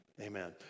Amen